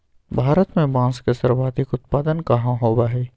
भारत में बांस के सर्वाधिक उत्पादन कहाँ होबा हई?